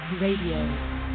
Radio